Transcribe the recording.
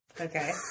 Okay